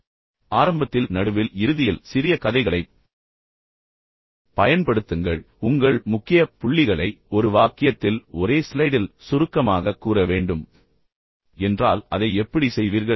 எனவே ஆரம்பத்தில் நடுவில் இறுதியில் சிறிய கதைகளைப் பயன்படுத்துங்கள் பின்னர் உங்கள் முக்கிய புள்ளிகளை ஒரு வாக்கியத்தில் ஒரே ஸ்லைடில் சுருக்கமாகக் கூற வேண்டும் என்றால் அதை எப்படி செய்வீர்கள்